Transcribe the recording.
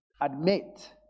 admit